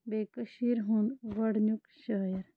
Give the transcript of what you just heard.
بیٚیہِ کٔشیٖرِ ہُنٛد گۄڈٕنیُٚک شٲعر